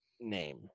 name